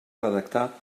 redactar